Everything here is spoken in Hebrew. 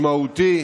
משמעותי,